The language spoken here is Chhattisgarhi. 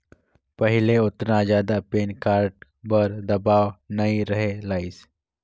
पहिले ओतना जादा पेन कारड बर दबाओ नइ रहें लाइस